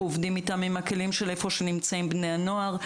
עובדים איתם הם איפה שנמצאים בני הנוער.